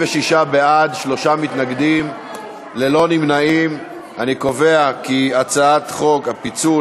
הצעת ועדת הכנסת בדבר חלוקה ופיצול